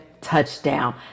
touchdown